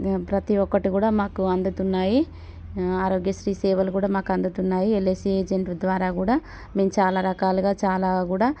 ప్రతీ ఒక్కటి కూడా మాకు అందుతున్నాయి ఆరోగ్యశ్రీ సేవలు కూడా మాకందుతున్నాయి ఎల్ఐసీ ఏజెంట్ ద్వారా కూడా మేం చాలా రకాలుగా చాలా కూడా